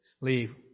Leave